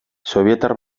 sobietar